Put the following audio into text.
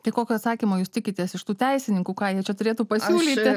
tai kokio atsakymo jūs tikitės iš tų teisininkų ką jie čia turėtų pasiūlyti